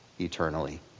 eternally